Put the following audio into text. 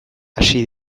hasi